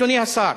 אדוני השר: